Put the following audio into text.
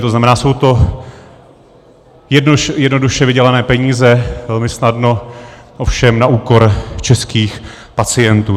To znamená, jsou to jednoduše vydělané peníze, velmi snadno, ovšem na úkor českých pacientů.